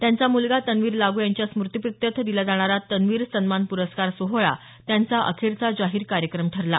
त्यांचा मुलगा तन्वीर लागू यांच्या स्मृतीप्रित्यर्थ दिला जाणारा तन्वीर सन्मान प्रस्कार सोहळा त्यांचा अखेरचा जाहीर कार्यक्रम ठरला